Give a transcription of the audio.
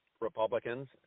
Republicans